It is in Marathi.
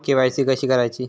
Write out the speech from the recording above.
के.वाय.सी कशी करायची?